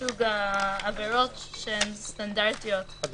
סוג העבירות, שהן סטנדרטיות כעבירות קנס.